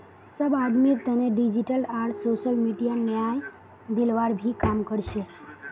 सब आदमीर तने डिजिटल आर सोसल मीडिया न्याय दिलवार भी काम कर छे